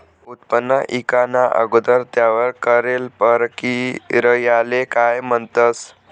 उत्पन्न ईकाना अगोदर त्यावर करेल परकिरयाले काय म्हणतंस?